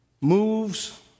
moves